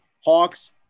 Hawks